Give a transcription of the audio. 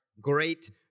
Great